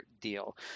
deal